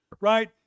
right